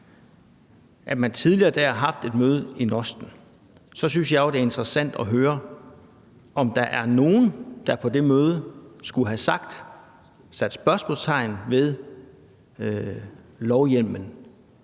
altså den 3. november, havde haft et møde i NOST – og så synes jeg, det er interessant at høre, om der er nogen, der på det møde skulle have sat spørgsmålstegn ved lovhjemmelen.